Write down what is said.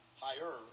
higher